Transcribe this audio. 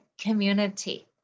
community